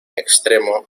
extremo